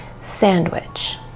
sandwich